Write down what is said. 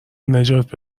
نجات